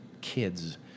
kids